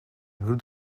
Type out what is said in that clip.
group